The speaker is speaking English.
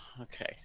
Okay